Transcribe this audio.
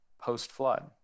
post-flood